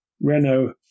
Renault